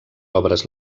obres